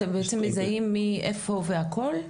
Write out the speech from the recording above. אתם בעצם מזהים מי, איפה והכל?